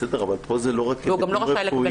בסדר, אבל פה זה לא רק היבטים רפואיים.